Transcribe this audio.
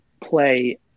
play